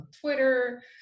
Twitter